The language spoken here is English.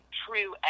true